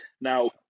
now